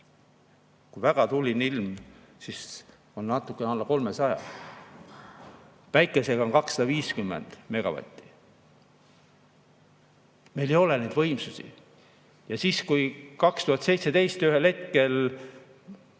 Kui on väga tuuline ilm, siis on natukene alla 300. Päikesega on 250 megavatti. Meil ei ole neid võimsusi. Ja siis 2017 ühel hetkel